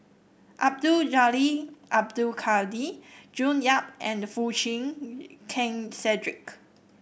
Abdul Jalil Abdul Kadir June Yap and Foo Chee Keng Cedric